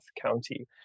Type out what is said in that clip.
County